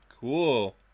Cool